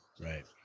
Right